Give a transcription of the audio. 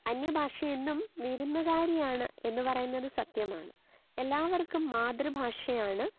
അന്യഭാഷ എന്നും വിരുന്നുകാരിയാണ് എന്ന് പറയുന്നത് സത്യമാണ് എല്ലാവർക്കും മാതൃഭാഷയാണ്